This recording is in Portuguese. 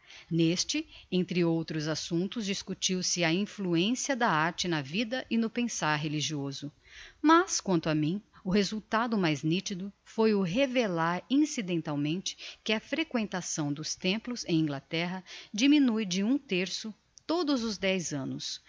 n'este entre outros assumptos discutiu se a influencia da arte na vida e no pensar religioso mas quanto a mim o resultado mais nitido foi o revelar incidentalmente que a frequentação dos templos em inglaterra diminue de um terço todos os dez annos